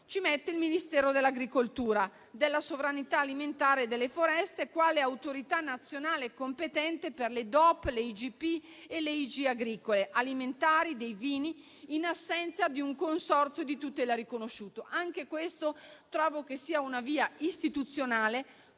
di marchio, il Ministero dell'agricoltura, della sovranità alimentare e delle foreste, quale autorità nazionale competente per le DOP, le IGP e le IG agricole, alimentari e dei vini, in assenza di un consorzio di tutela riconosciuto. Trovo che anche questa sia una via istituzionale